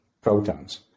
protons